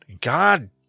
God